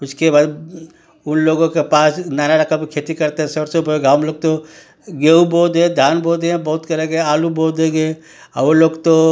उसके बाद उन लोगों के पास नाना रकम खेती करते हैं सरसों पर हम लोग तो गेहूँ बो दें धान बो दें बहुत करेंगे आलू बो देंगे ओ लोग तो